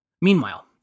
Meanwhile